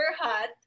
hot